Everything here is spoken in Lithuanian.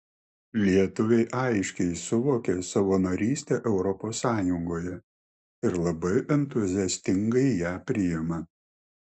lietuviai aiškiai suvokė savo narystę europos sąjungoje ir labai entuziastingai ją priima